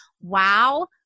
wow